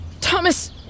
Thomas